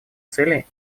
целей